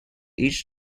each